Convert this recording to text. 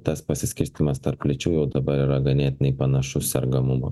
tas pasiskirstymas tarp lyčių jau dabar yra ganėtinai panašus sergamumo